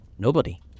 Nobody